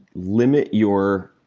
limit your